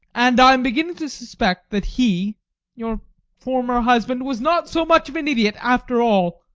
and i am beginning to suspect that he your former husband was not so much of an idiot after all.